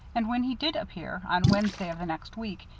and when he did appear, on wednesday of the next week,